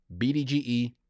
bdge